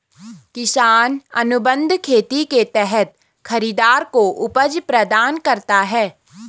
किसान अनुबंध खेती के तहत खरीदार को उपज प्रदान करता है